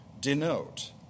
denote